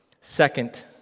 Second